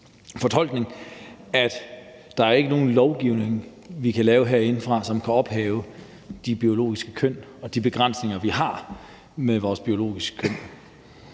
at der jo ikke er nogen lovgivning, vi kan lave herindefra, som kan ophæve de biologiske køn og de begrænsninger, vi har med vores biologiske køn.